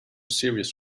serious